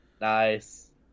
Nice